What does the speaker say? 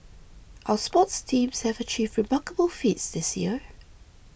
our sports teams have achieved remarkable feats this year